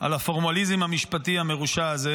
על הפורמליזם המשפטי המרושע הזה,